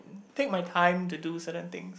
take my time to do certain things